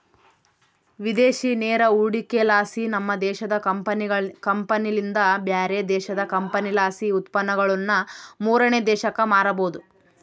ವಿದೇಶಿ ನೇರ ಹೂಡಿಕೆಲಾಸಿ, ನಮ್ಮ ದೇಶದ ಕಂಪನಿಲಿಂದ ಬ್ಯಾರೆ ದೇಶದ ಕಂಪನಿಲಾಸಿ ಉತ್ಪನ್ನಗುಳನ್ನ ಮೂರನೇ ದೇಶಕ್ಕ ಮಾರಬೊದು